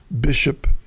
bishop